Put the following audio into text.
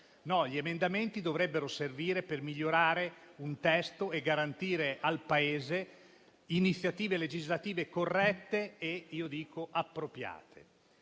Gli emendamenti dovrebbero servire per migliorare un testo e garantire al Paese iniziative legislative corrette e appropriate.